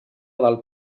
del